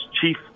Chief